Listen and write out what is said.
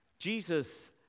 Jesus